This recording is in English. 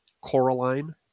Coraline